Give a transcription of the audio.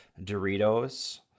Doritos